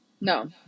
No